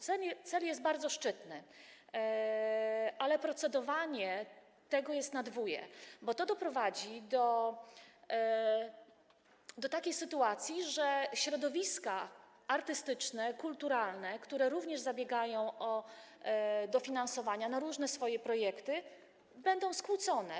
Cel jest bardzo szczytny, ale procedowanie nad tym jest na dwóję, bo to doprowadzi do takiej sytuacji, że środowiska artystyczne, kulturalne, które również zabiegają o dofinansowanie różnych swoich projektów, będą skłócone.